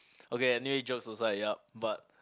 okay anyway jokes aside yup but